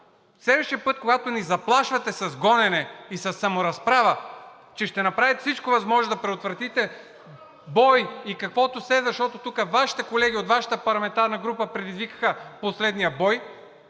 следващия път, когато ни заплашвате и с гонене, и със саморазправа, че ще направите всичко възможно да предотвратите бой и каквото следва, защото тук Вашите колеги от Вашата парламентарна група предизвикаха последния бой